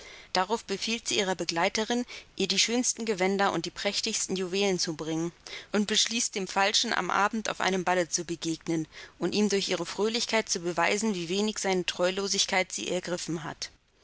darauf befiehlt sie ihrer begleiterin ihr die schönsten gewänder und ihre prächtigsten juwelen zu bringen und beschließt dem falschen am abend auf einem balle zu begegnen und ihm durch ihre fröhlichkeit zu beweisen wie wenig seine treulosigkeit sie ergriffen hat